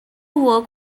work